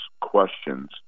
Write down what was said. questions